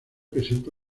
presenta